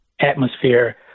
atmosphere